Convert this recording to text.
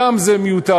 גם זה מיותר,